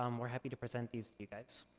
um we're happy to present these to you guys.